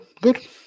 good